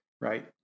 right